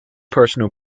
personal